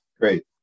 Great